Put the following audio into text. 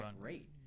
great